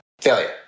failure